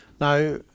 Now